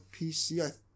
PC